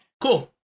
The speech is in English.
cool